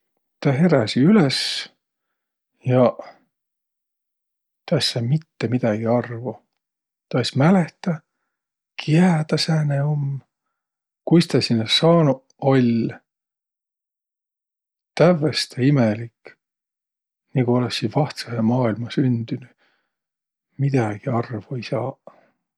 Tä heräsi üles ja tä es saaq mitte midägi arvo. Tä es mälehtäq, kiä tä sääne um, kuis tä sinnäq saanuq oll'. Tävveste imelik, nigu olõssiq vahtsõhe maailma sündünüq. Midägi arvo ei saaq.